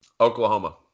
Oklahoma